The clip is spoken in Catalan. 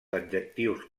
adjectius